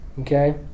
Okay